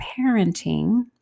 parenting